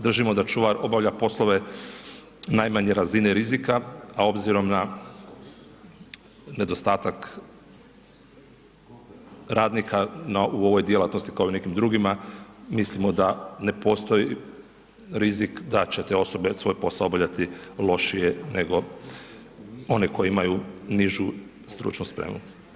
Držimo da čuvar obavlja poslove najmanje razine rizika, a obzirom na nedostatak radnika u ovoj djelatnosti kao i u nekim drugima mislimo da ne postoji rizik da će te osobe svoj posao obavljati lošije nego one koje imaju nižu stručnu spremu.